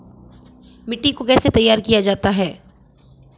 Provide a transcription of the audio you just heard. मिट्टी को कैसे तैयार किया जाता है?